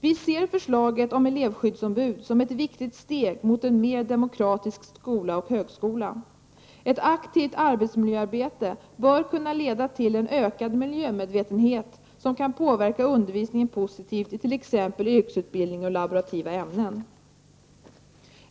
Vi ser förslaget om elevskyddsombud som ett viktigt steg mot en mer demokratisk skola och högskola. Ett aktivt arbetsmiljöarbete bör kunna leda till en ökad miljömed vetenhet som kan påverka undervisningen positivt i t.ex. yrkesutbildning och laborativa ämnen.